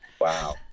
Wow